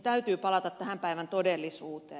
täytyy palata tämän päivän todellisuuteen